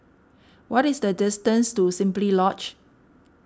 what is the distance to Simply Lodge